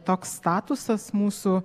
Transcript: toks statusas mūsų